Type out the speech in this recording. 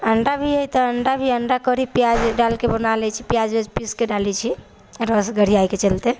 अण्डा भी हइ तऽ अण्डा भी अण्डा कढ़ी प्याज डालिके बना लै छि प्याज पिसिके डालै छी रस गढ़ियाइके चलते